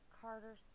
Carter